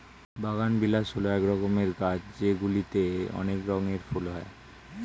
বাগানবিলাস হল এক রকমের গাছ যেগুলিতে অনেক রঙের ফুল হয়